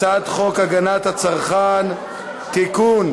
הצעת חוק הגנת הצרכן (תיקון,